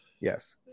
Yes